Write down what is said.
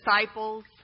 disciples